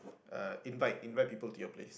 uh invite invite people to your place